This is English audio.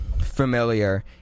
familiar